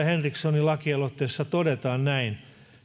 henrikssonin lakialoitteessa erittäin hyvin todetaan näin